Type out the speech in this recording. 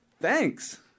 thanks